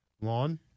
lawn